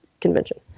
convention